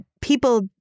people